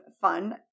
fun